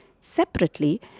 Separately